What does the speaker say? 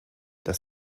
dass